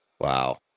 Wow